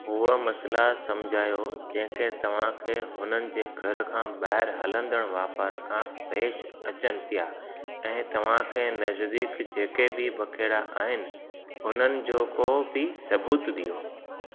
हूअ मसइला समुझायो जेके तव्हांखे हुननि जे घर खां ॿाहिरि हलंदड़ु वापार खां पेशि अचनि पिया ऐं तव्हांजे नज़दीकु जेके बि बखेड़ा आहिनि उन्हनि जो को बि सबूतु डि॒यो